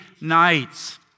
nights